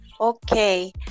Okay